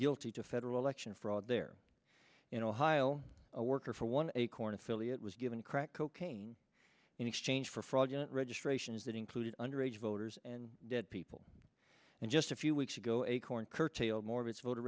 guilty to federal election fraud there in ohio a worker for one acorn affiliate was given a crack cocaine in exchange for fraudulent registrations that included under age voters and dead people and just a few weeks ago acorn curtailed mor